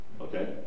okay